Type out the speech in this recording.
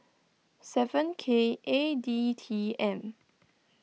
seven K eight D T M